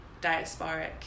diasporic